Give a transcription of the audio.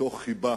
מתוך חיבה,